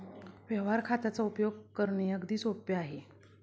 व्यवहार खात्याचा उपयोग करणे अगदी सोपे आहे